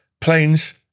planes